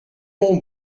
mon